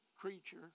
creature